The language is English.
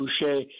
Boucher